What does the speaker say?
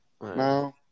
no